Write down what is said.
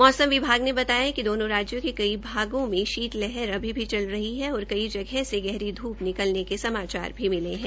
मौसम विभाग ने बताया है कि दोनों राज्यों के कई भागों में शीत लहर अभी भी चल रही है और कई जगह गहरी धूप निकलने के समाचार भी मिले है